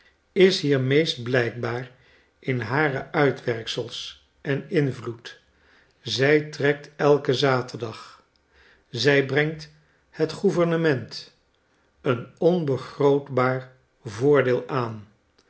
is hier meest blijkbaarinhareuitwerksels en invloed zij trekt elken zaterdag zij brengt het gouvernement een onbegrootbaar voordeel aan